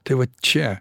tai vat čia